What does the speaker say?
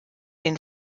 den